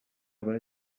way